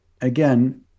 again